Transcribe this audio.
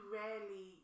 rarely